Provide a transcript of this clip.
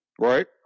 Right